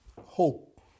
hope